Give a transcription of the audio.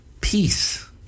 Peace